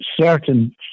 certain